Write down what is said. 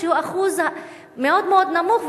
שהוא אחוז מאוד מאוד נמוך,